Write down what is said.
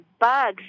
bugs